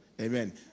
Amen